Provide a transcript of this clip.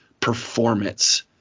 performance